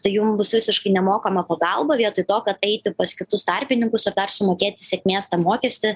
tai jum visiškai nemokama pagalba vietoj to kad eiti pas kitus tarpininkus ir dar sumokėti sėkmės tą mokestį